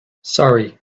sorry